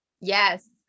yes